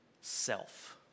self